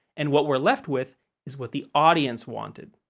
and what we're left with is what the audience wanted.